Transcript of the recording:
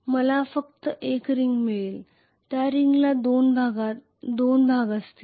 मला फक्त 1 रिंग मिळेल त्या रिंगला दोन भाग असतील